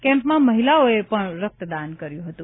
કેમ્પમાં મહિલાઓએ પણ રક્તદાન કર્યું હતું